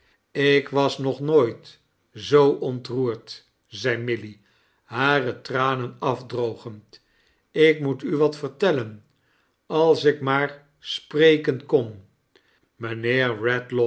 ik was nog nooit zoo ontroerd zei milly hare tranen af drogencl he moet u wat vertellen als ik maar spreken kon